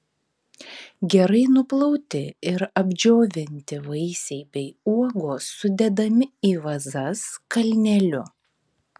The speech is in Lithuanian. gerai nuplauti ir apdžiovinti vaisiai bei uogos sudedami į vazas kalneliu